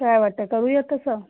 काय वाटतं करूया तसं